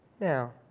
Now